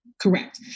Correct